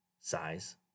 Size